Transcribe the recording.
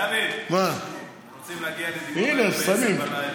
דוד, רוצים להגיע, הינה, מסיימים.